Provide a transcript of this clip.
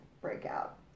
breakout